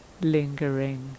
Lingering